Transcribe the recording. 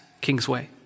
Kingsway